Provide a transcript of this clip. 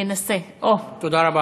תודה רבה.